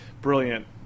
brilliant